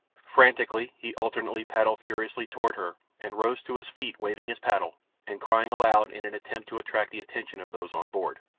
frantically he alternately paddled furiously toward her and rose to his feet waving his paddle and crying aloud in an attempt to attract the attention of those on board.